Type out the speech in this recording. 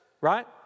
right